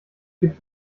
gibt